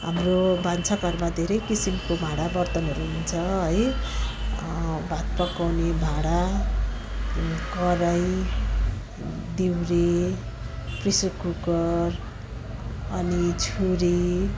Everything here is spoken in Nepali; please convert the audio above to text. हाम्रो भान्साघरमा धेरै किसिमको भाँडाबर्तनहरू हुन्छ है भात पकाउने भाँडा कराही दिउरे प्रेसर कुकर अनि छुरी